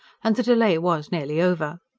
and the delay was nearly over.